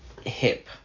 hip